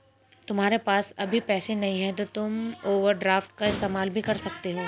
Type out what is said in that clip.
तुम्हारे पास अभी पैसे नहीं है तो तुम ओवरड्राफ्ट का इस्तेमाल भी कर सकते हो